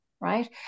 right